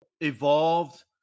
evolved